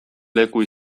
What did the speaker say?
leku